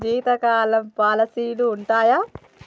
జీవితకాలం పాలసీలు ఉంటయా?